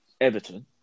Everton